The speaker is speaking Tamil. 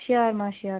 ஷோர்ம்மா ஷோர்